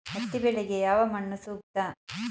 ಹತ್ತಿ ಬೆಳೆಗೆ ಯಾವ ಮಣ್ಣು ಸೂಕ್ತ?